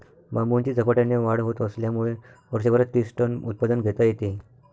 बांबूची झपाट्याने वाढ होत असल्यामुळे वर्षभरात तीस टन उत्पादन घेता येते